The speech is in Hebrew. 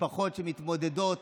ממשפחות שמתמודדות